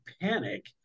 panic